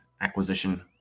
acquisition